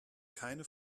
keine